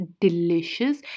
delicious